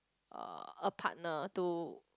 uh a partner to